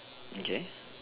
okay